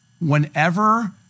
whenever